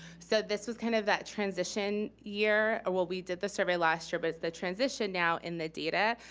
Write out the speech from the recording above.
so this was kind of that transition year. well, we did the survey last year, but it's the transition now in the data,